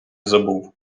забув